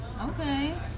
Okay